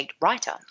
Writer